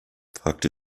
fragte